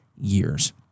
years